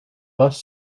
bus